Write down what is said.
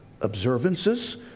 observances